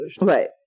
Right